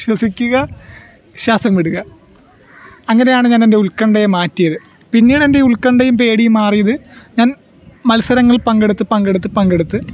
ശ്വസിക്കുക ശ്വാസം വിടുക അങ്ങനെയാണ് ഞാനെൻ്റെ ഉൽക്കണ്ഠയെ മാറ്റിയത് പിന്നീടെൻ്റെ ഉൽകണ്ഠയും പേടിയും മാറിയത് ഞാൻ മത്സരങ്ങൾ പങ്കെടുത്ത് പങ്കെടുത്ത് പങ്കെടുത്ത്